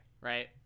right